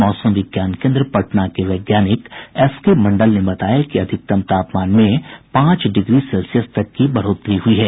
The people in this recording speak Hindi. मौसम विज्ञान केन्द्र पटना के वैज्ञानिक एस के मंडल ने बताया कि अधिकतम तापमान में पांच डिग्री सेल्सियस तक की बढ़ोतरी हुई है